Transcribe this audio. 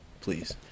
please